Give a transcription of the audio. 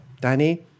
Danny